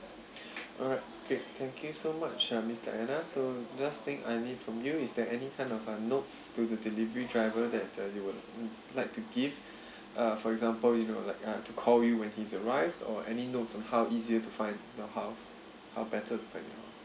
alright great thank you so much uh miss diana so last thing I need from you is there any kind of uh notes to the delivery driver that uh you would like to give uh for example you know like uh to call you when he's arrived or any notes on how easier to find your house how better to find your house